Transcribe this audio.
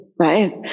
right